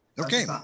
Okay